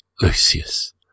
Lucius